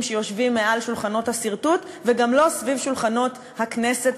שיושבים מעל שולחנות הסרטוט וגם לא סביב שולחנות הכנסת,